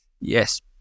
yes